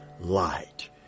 light